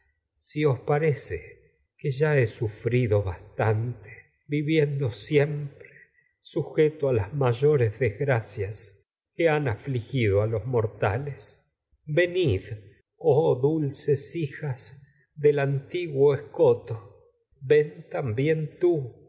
si viviendo siempre os parece que las ya he sufrido bastante sujeto a mayores desgracias hijas que han afligido a los mortales venid bién oh dulces llevas del antiguo escoto ven tam